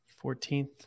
Fourteenth